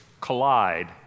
collide